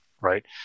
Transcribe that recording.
right